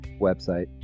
website